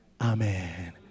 Amen